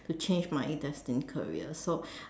to change my in~ destined career so